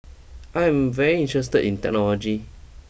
I am very interested in technology